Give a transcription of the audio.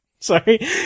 Sorry